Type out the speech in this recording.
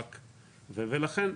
רגע,